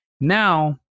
Now